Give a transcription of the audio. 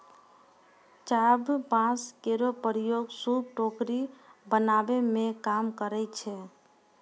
चाभ बांस केरो प्रयोग सूप, टोकरी बनावै मे काम करै छै